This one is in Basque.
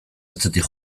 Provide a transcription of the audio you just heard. atzetik